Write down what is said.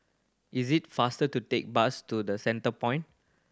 is it faster to take the bus to The Centrepoint